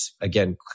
again